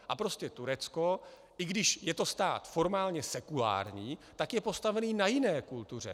A prostě Turecko, i když je to stát formálně sekulární, tak je postavené na jiné kultuře.